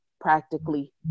practically